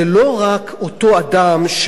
זה לא רק אותו אדם,